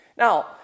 Now